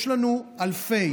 יש לנו אלפי